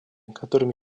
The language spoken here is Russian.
которыми